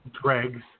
dregs